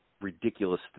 Ridiculous